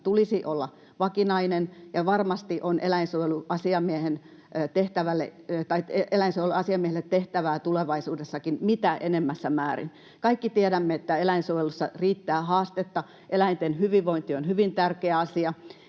tulisi olla vakinainen, ja varmasti eläinsuojeluasiamiehelle on tehtävää tulevaisuudessakin mitä enimmässä määrin. Kaikki tiedämme, että eläinsuojelussa riittää haastetta. Eläinten hyvinvointi on hyvin tärkeä asia.